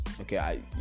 Okay